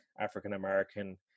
african-american